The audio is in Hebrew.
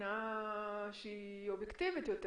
בחינה אובייקטיבית יותר.